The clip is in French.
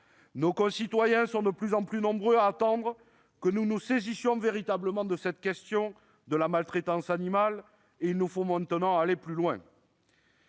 Nos concitoyens sont de plus en plus nombreux à attendre que nous nous saisissions véritablement de la question de la maltraitance animale. Il nous faut maintenant aller plus loin.